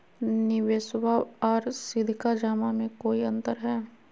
निबेसबा आर सीधका जमा मे कोइ अंतर हय?